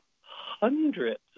hundreds